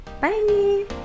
bye